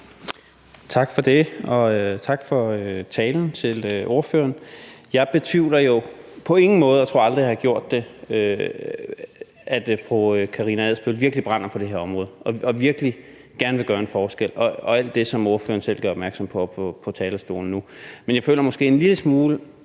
Tak for det. Tak til ordføreren for talen. Jeg betvivler jo på ingen måde, og jeg tror aldrig, jeg har gjort det, at fru Karina Adsbøl virkelig brænder for det her område og virkelig gerne vil gøre en forskel i forhold til alt det, som ordføreren selv gør opmærksom på oppe på talerstolen nu. Men jeg føler måske en lille smule,